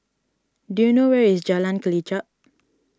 do you know where is Jalan Kelichap